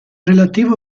relativo